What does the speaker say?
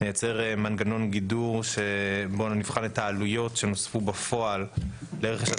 מנגנון גידור שבו נבחן את העלויות שנוספו בפועל לרכישת